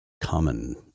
common